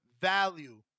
value